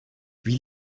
wie